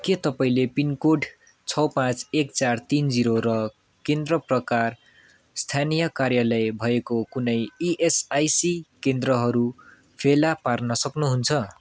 के तपाईँँले pin code छ पाँच एक चार तिन जिरो र केन्द्र प्रकार स्थानीय कार्यालय भएको कुनै इएसआइसी केन्द्रहरू फेला पार्न सक्नु हुन्छ